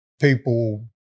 people